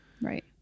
Right